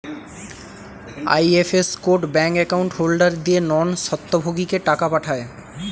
IFS code bank account holder দিয়ে non স্বত্বভোগীকে টাকা পাঠায়